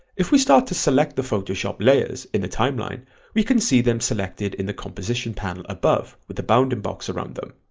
if we start to select the photoshop layers in the timeline we can see them selected in the composition panel above, with the bounding box around them.